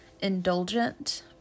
indulgent